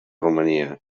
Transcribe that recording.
romania